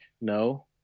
no